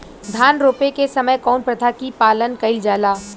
धान रोपे के समय कउन प्रथा की पालन कइल जाला?